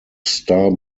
star